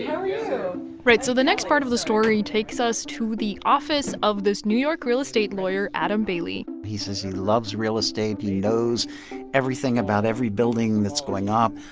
yeah right. so the next part of the story takes us to the office of this new york real estate lawyer adam bailey he says he loves real estate. he knows everything about every building that's going up.